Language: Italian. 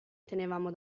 tenevamo